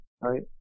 right